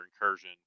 Incursion